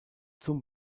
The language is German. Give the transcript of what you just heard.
zum